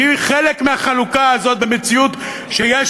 שהיא חלק מהחלוקה הזאת במציאות שיש